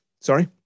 Sorry